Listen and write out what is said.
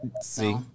see